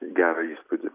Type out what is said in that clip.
gerą įspūdį